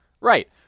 Right